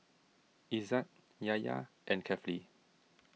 Izzat Yahya and Kefli